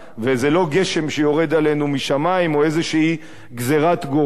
וזה לא גשם שיורד עלינו משמים או איזו גזירת גורל.